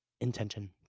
intention